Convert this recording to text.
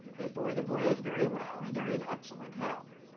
they bore the voyage very well and are in excellent health.